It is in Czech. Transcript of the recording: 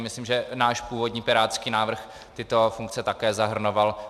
Myslím, že náš původní pirátský návrh tyto funkce také zahrnoval.